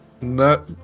No